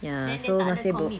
ya so masih bo~